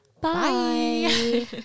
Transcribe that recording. Bye